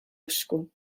usku